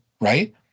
right